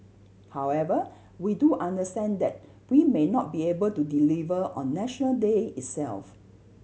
however we do understand that we may not be able to deliver on National Day itself